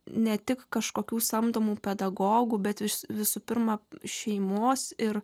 ne tik kažkokių samdomų pedagogų bet visų pirma šeimos ir